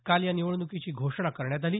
काल या निवडणुकीची घोषणा करण्यात आली